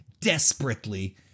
desperately